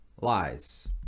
lies